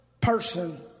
person